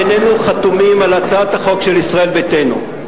איננו חתומים על הצעת החוק של ישראל ביתנו.